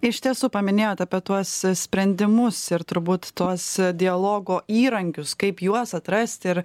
iš tiesų paminėjot apie tuos sprendimus ir turbūt tuos dialogo įrankius kaip juos atrast ir